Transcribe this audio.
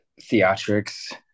theatrics